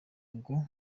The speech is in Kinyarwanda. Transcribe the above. ngo